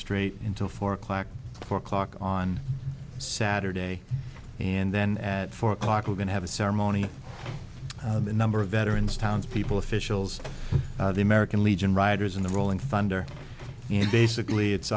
straight into four o'clock four o'clock on saturday and then at four o'clock we're going to have a ceremony the number of veterans townspeople officials the american legion riders in the rolling thunder and basically it's